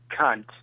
cunt